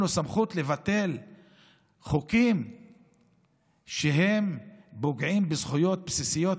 אין לו סמכות לבטל חוקים שפוגעים בזכויות בסיסיות,